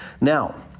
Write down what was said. Now